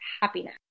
happiness